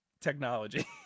technology